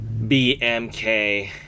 BMK